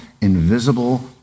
invisible